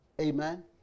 Amen